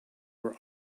were